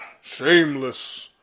Shameless